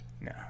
No